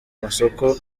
masoko